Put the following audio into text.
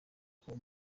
kuba